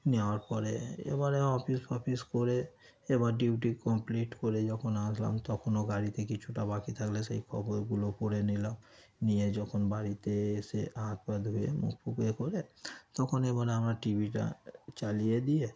নেওয়ার পরে এবারে অফিস ফফিস করে এবার ডিউটি কমপ্লিট করে যখন আসলাম তখনও গাড়িতে কিছুটা বাকি থাকলে সেই খবরগুলো পড়ে নিলাম নিয়ে যখন বাড়িতে এসে হাত পা ধুয়ে মুখ ফুক এ করে তখন এবারে আমরা টি ভিটা চালিয়ে দিয়ে